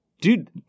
Dude